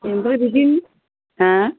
ओमफ्राय बिदिनो हा